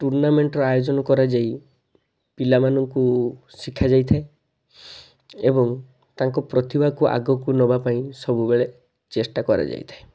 ଟୁର୍ଣ୍ଣାମେଣ୍ଟର ଆୟୋଜନ କରାଯାଇ ପିଲାମାନଙ୍କୁ ଶିକ୍ଷା ଯାଇଥାଏ ଏବଂ ତାଙ୍କ ପ୍ରତିଭାକୁ ଆଗକୁ ନବା ପାଇଁ ସବୁବେଳେ ଚେଷ୍ଟା କରାଯାଇଥାଏ